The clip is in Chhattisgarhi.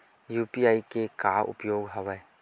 यू.पी.आई के का उपयोग हवय?